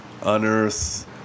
Unearth